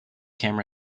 camera